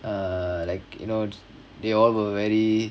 err like you know they all were very